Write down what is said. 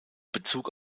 bezug